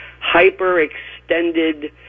hyper-extended